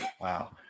wow